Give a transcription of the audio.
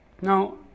Now